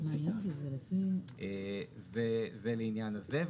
2022. זה לעניין הזה.